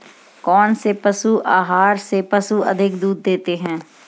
कौनसे पशु आहार से पशु अधिक दूध देते हैं?